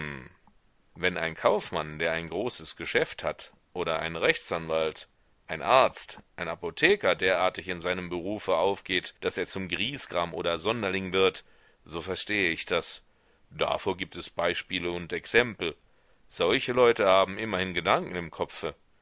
wenn ein kaufmann der ein großes geschäft hat oder ein rechtsanwalt ein arzt ein apotheker derartig in seinem beruf aufgeht daß er zum griesgram oder sonderling wird so verstehe ich das davor gibt es beispiele und exempel solche leute haben immerhin gedanken im kopfe